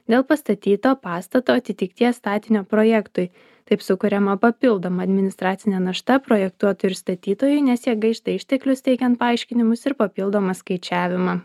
dėl pastatyto pastato atitikties statinio projektui taip sukuriama papildoma administracinė našta projektuotojui ir statytojui nes jie gaišta išteklius teikiant paaiškinimus ir papildomą skaičiavimą